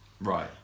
right